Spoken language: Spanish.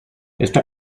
esta